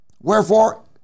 wherefore